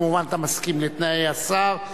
אתה כמובן מסכים לתנאי השר,